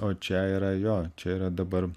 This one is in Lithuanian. o čia yra jo čia yra dabar